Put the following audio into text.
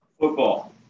Football